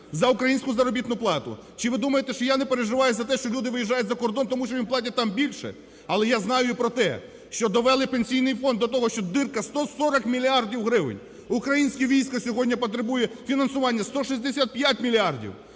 за українську заробітну плату. Чи ви думаєте, що я не переживаю за те, що люди виїжджають за кордон, тому що їм платять там більше? Але я знаю і про те, що довели Пенсійний фонд до того, що дірка – 140 мільярдів гривень. Українське військо сьогодні потребує фінансування 165 мільярдів.